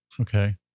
Okay